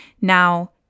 Now